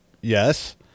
Yes